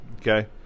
okay